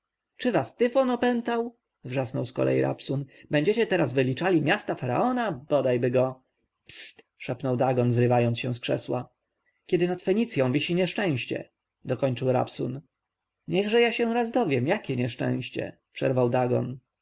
czy was tyfon opętał wrzasnął zkolei rabsun będziecie teraz wyliczali miasta faraona bodajby go psyt szepnął dagon zrywając się z krzesła kiedy nad fenicją wisi nieszczęście dokończył rabsun niechże ja się raz dowiem jakie nieszczęście przerwał dagon